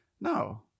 No